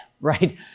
right